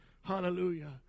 Hallelujah